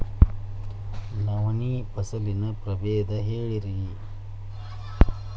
ನವಣಿ ಫಸಲಿನ ಪ್ರಭೇದ ಹೇಳಿರಿ